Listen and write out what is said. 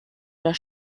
der